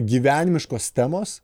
gyvenimiškos temos